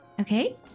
Okay